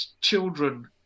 children